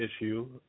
issue